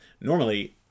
normally